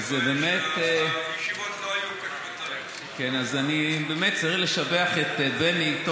באמת אני צריך לשבח את בני.